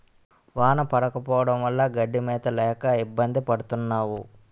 వాన పడకపోవడం వల్ల గడ్డి మేత లేక ఇబ్బంది పడతన్నావు